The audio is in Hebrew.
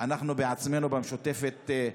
אנחנו עצמנו במשותפת,